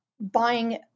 buying